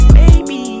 baby